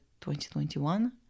2021